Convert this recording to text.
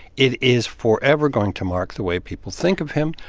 it is forever going to mark the way people think of him,